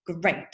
Great